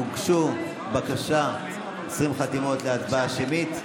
הוגשו 20 חתימות להצבעה שמית.